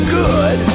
good